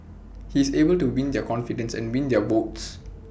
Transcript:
he is able to win their confidence and win their votes